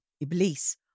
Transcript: Iblis